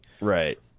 right